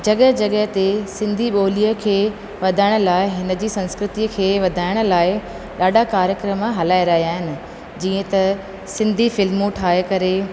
जॻहि जॻहि ते सिंधी ॿोलीअ खे वधाइण लाइ हिन जी संस्कृतिअ खे वधाइण लाइ ॾाढा कार्यक्रम हलाए रहिया आहिनि जीअं त सिंधी फ़िल्मूं ठाहे करे